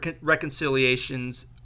reconciliations